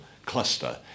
cluster